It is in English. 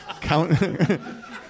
Count